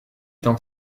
tant